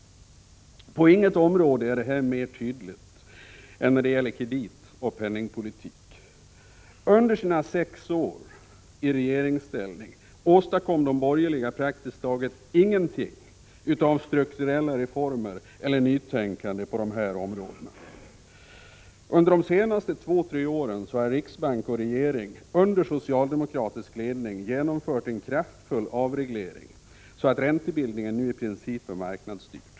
På inget område är detta mer tydligt än när det gäller kreditoch penningpolitiken. Under sina sex år i regeringsställning åstadkom de borgerliga praktiskt taget ingenting av strukturella reformer eller nytänkande på de här områdena. Under de senaste två tre åren har riksbank och regering under socialdemokratisk ledning genomfört en kraftfull avreglering, så att räntebildningen nu i princip är marknadsstyrd.